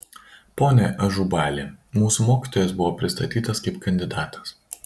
pone ažubali mūsų mokytojas buvo pristatytas kaip kandidatas